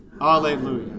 Alleluia